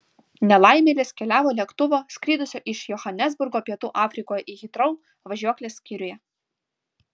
nelaimėlis keliavo lėktuvo skridusio iš johanesburgo pietų afrikoje į hitrou važiuoklės skyriuje